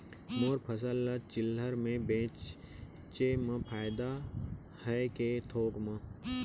मोर फसल ल चिल्हर में बेचे म फायदा है के थोक म?